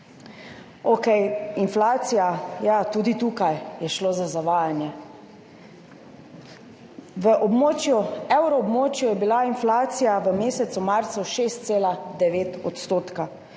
inflacija, ja, tudi tukaj je šlo za zavajanje. V evroobmočju je bila inflacija v mesecu marcu 6,9 %,